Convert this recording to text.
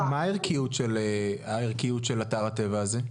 אורלי, מה הערכיות של אתר הטבע הזה?